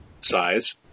size